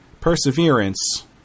perseverance